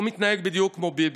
הוא מתנהג בדיוק כמו ביבי.